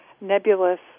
nebulous